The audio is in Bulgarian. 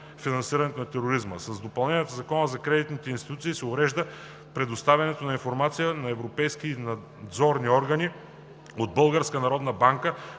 финансирането на тероризма. С допълнението в Закона за кредитните институции се урежда предоставянето на информация на европейските надзорни органи от